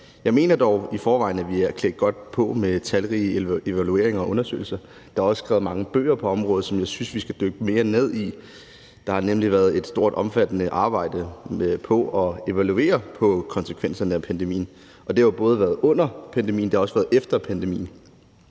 Jeg mener dog, at vi i forvejen er klædt godt på med talrige evalueringer og undersøgelser, og der er også skrevet mange bøger på området, som jeg synes vi skal dykke mere ned i. Der har nemlig været et stort, omfattende arbejde med at evaluere konsekvenserne af pandemien. Det har både været under pandemien og efter pandemien.